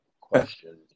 question